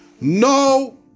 no